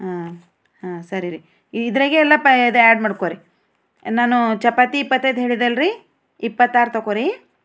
ಹಾಂ ಹಾಂ ಸರಿ ರಿ ಇದರಾಗೆಲ್ಲ ಇದು ಆ್ಯಡ್ ಮಾಡ್ಕೊ ರಿ ನಾನು ಚಪಾತಿ ಇಪ್ಪತ್ತೈದು ಹೇಳಿದ್ದೆ ಅಲ್ಲಾ ರಿ ಇಪ್ಪತ್ತಾರು ತಕೋ ರಿ